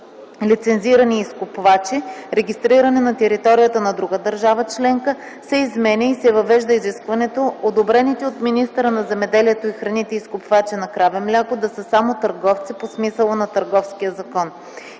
лицензирани и изкупвачи, регистрирани на територията на друга държава членка, се изменя и се въвежда изискването, одобрените от министъра на земеделието и храните изкупвачи на краве мляко, да са само търговци по смисъла на Търговския закон.